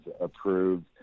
approved